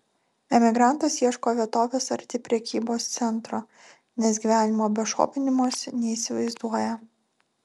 emigrantas ieško vietovės arti prekybos centro nes gyvenimo be šopinimosi neįsivaizduoja